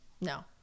No